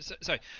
Sorry